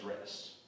rest